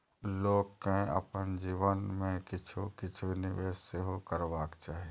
लोककेँ अपन जीवन मे किछु किछु निवेश सेहो करबाक चाही